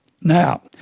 Now